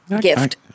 gift